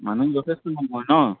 মানুহ যথেষ্ট নহয় নহ্